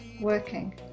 working